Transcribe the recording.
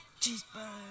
Cheeseburger